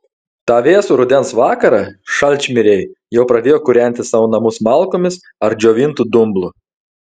tą vėsų rudens vakarą šalčmiriai jau pradėjo kūrenti savo namus malkomis ar džiovintu dumblu